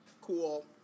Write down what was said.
cool